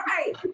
Right